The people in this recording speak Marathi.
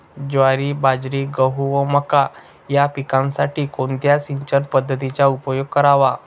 ज्वारी, बाजरी, गहू व मका या पिकांसाठी कोणत्या सिंचन पद्धतीचा उपयोग करावा?